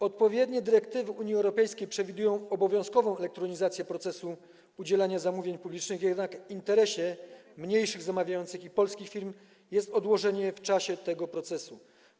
Odpowiednie dyrektywy Unii Europejskiej przewidują obowiązkową elektronizację procesu udzielania zamówień publicznych, jednak w interesie mniejszych zamawiających i polskich firm jest odłożenie tego procesu w czasie.